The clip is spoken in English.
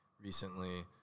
recently